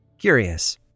Curious